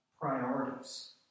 priorities